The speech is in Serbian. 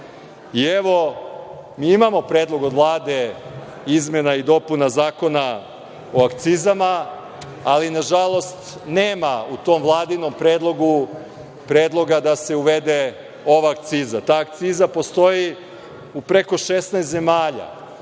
Evo, mi imamo predlog od Vlade izmena i dopuna Zakona o akcizama, ali nažalost, nema u tom Vladinom predlogu predloga da se uvede ova akciza. Ta akciza postoji u preko 16 zemalja.